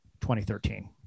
2013